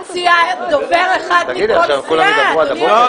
תציע דובר אחד מכל סיעה, אדוני היושב-ראש.